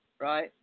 right